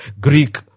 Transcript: Greek